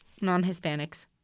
non-Hispanics